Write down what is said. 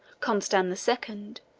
constans the second,